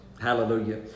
Hallelujah